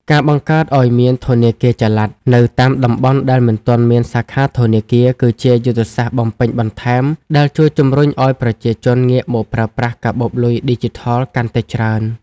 ការបង្កើតឱ្យមាន ធនាគារចល័ត នៅតាមតំបន់ដែលមិនទាន់មានសាខាធនាគារ គឺជាយុទ្ធសាស្ត្របំពេញបន្ថែមដែលជួយជម្រុញឱ្យប្រជាជនងាកមកប្រើប្រាស់កាបូបលុយឌីជីថលកាន់តែច្រើន។